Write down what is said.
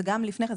זה גם לפני כן,